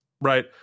right